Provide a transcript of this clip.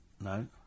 no